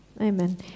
Amen